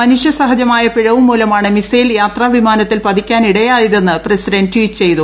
മനുഷ്യ സഹജമായ പിഴവുമൂലമാണ് മിസൈൽ യാത്രാ വിമാനത്തിൽ പതിയ്ക്കാനിടയായതെന്ന് പ്രസിഡന്റ് ട്വീറ്റ് ചെയ്തു